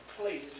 please